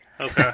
Okay